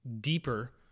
deeper